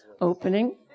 opening